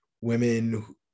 women